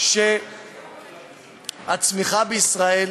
שהצמיחה בישראל